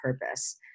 purpose